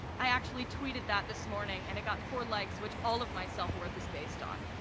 i actually tweeted that this morning, and it got four likes which all of my self-worth is based on.